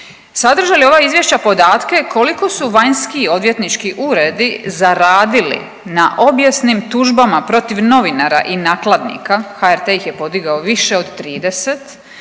Sadrže li ova izvješća podatke koliko su vanjski odvjetnički uredi zaradili na obijesnim tužbama protiv novinara i nakladnika HRT ih je podigao više od 30,